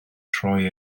troi